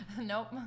Nope